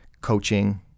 coaching